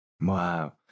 Wow